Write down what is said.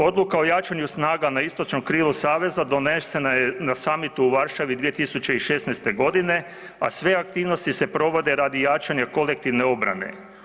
Odluka o jačanju snaga na istočnom krilu saveza donesena je na summitu u Varšavi 2016. godine, a sve aktivnosti se provode radi jačanja kolektivne obrane.